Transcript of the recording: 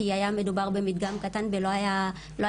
כי היה מדובר במדגם קטן ולא הייתה